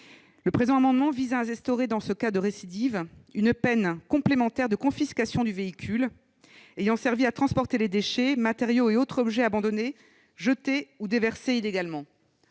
Le présent amendement vise à instaurer, en cas de récidive, une peine complémentaire de confiscation du véhicule ayant servi à transporter les déchets, matériaux et autres objets abandonnés, jetés ou déversés illégalement.